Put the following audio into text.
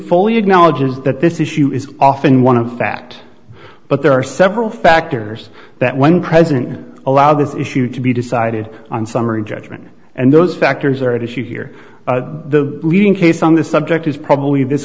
fully acknowledge is that this issue is often one of fact but there are several factors that one present allow this issue to be decided on summary judgment and those factors are at issue here the leading case on this subject is probably this